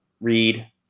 read